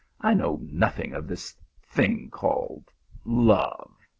i know nothing of this thing called love.